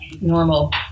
normal